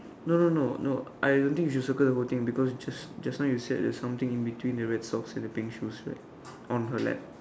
no no no no I don't think you should circle the whole thing because just just now you said there's something in between the red socks and the pink shoes right on her lap